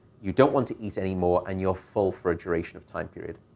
you don't want to eat anymore, and you're full for a duration of time period.